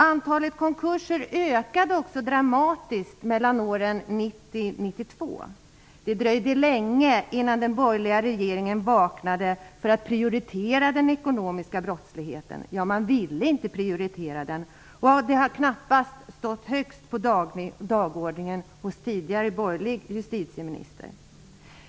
Antalet konkurser ökade också dramatiskt mellan åren 1990 och 1992. Det dröjde länge innan den borgerliga regeringen vaknade för att prioritera bekämpandet av den ekonomiska brottsligheten. Ja, man ville inte ens prioritera detta. Det har knappast stått högst på dagordningen hos den föregående borgerliga justitieministern.